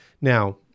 Now